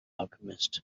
alchemist